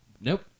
Nope